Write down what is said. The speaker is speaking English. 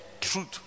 truth